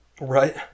Right